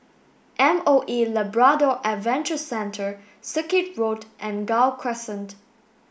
M O E Labrador Adventure Centre Circuit Road and Gul Crescent